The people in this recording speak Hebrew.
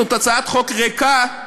זאת הצעת חוק ריקה,